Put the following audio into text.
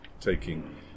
taking